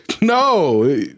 No